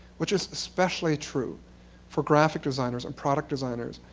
which is especially true for graphic designers and product designers,